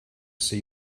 see